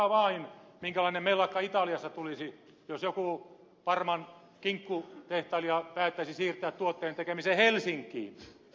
arvatkaa vain minkälainen mellakka italiassa tulisi jos joku parmankinkkutehtailija päättäisi siirtää tuotteen tekemisen helsinkiin